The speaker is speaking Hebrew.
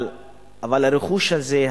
אבל הרכוש הזה,